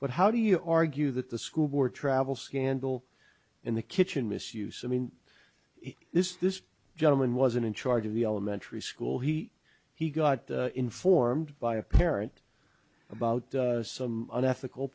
but how do you argue that the school board travel scandal in the kitchen misuse i mean this this gentleman wasn't in charge of the elementary school he he got informed by a parent about some unethical